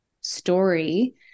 story